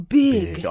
big